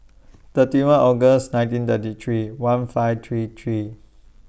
thirty one August nineteen thirty three one five three three